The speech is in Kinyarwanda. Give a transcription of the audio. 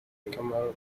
kamaro